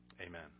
Amen